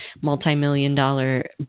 multi-million-dollar